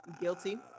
guilty